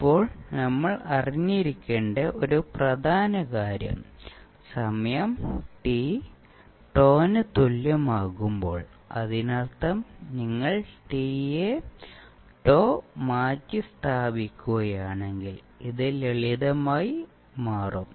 ഇപ്പോൾ നമ്മൾ അറിഞ്ഞിരിക്കേണ്ട ഒരു പ്രധാന കാര്യം സമയം t τന് തുല്യമാകുമ്പോൾ അതിനർത്ഥം നിങ്ങൾ t യെ τ മാറ്റിസ്ഥാപിക്കുകയാണെങ്കിൽ ഇത് ലളിതമായി മാറും